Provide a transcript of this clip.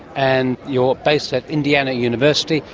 and you are based at indiana university,